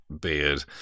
beard